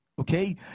okay